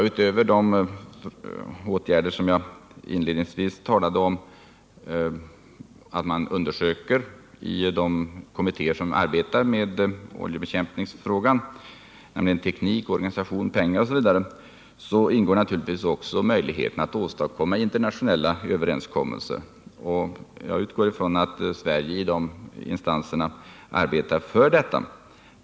Utöver de åtgärder som jag inledningsvis talade om, att man i de kommittéer som arbetar med oljebekämpningsfrågan också skall undersöka möjligheterna till förbättrad teknik och organisation, mer pengar osv., ingår i uppdraget naturligtvis även att undersöka möjligheterna att åstadkomma internationella överenskommelser. Jag utgår från att Sverige arbetar för det i de instanser som finns.